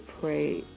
pray